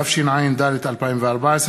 התשע"ד 2014,